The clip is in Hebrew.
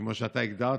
כמו שאתה הגדרת,